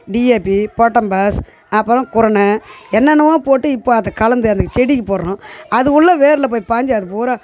DAP போர்ட்டம்பாஸ் அப்புறம் குருணை என்னென்னமோ போட்டு இப்போ அதை கலந்து அந்த செடிக்குப் போடுறோம் அது உள்ளே வேரில் போய் பாய்ஞ்சு அது பூராக